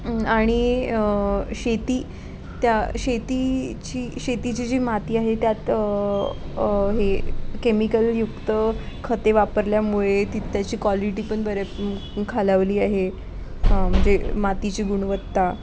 आणि शेती त्या शेतीची शेतीची जी माती आहे त्यात हे केमिकलयुक्त खते वापरल्यामुळे ती त्याची कॉलिटी पण बरे खालावली आहे म्हणजे मातीची गुणवत्ता